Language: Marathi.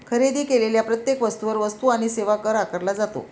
खरेदी केलेल्या प्रत्येक वस्तूवर वस्तू आणि सेवा कर आकारला जातो